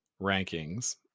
rankings